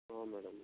ହଁ ମ୍ୟାଡ଼ାମ୍